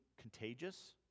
contagious